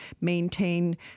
maintain